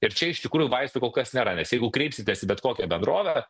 ir čia iš tikrųjų vaistų kol kas nėra nes jeigu kreipsitės į bet kokią bendrovę